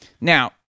Now